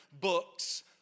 books